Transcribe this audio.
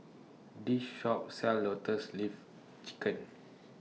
This Shop sells Lotus Leaf Chicken